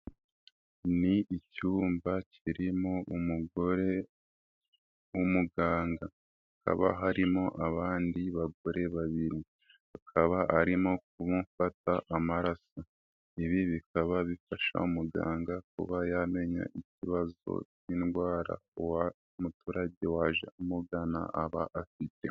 Ni icyumba kirimo umugore w'umuganga, hakaba harimo abandi bagore babiri, akaba arimo kumufata amaraso, ibi bikaba bifasha umuganga kuba yamenya ikibazo cy'indwara muturage waje amugana aba afite.